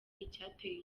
icyateye